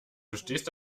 stehst